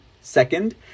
second